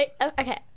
Okay